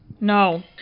No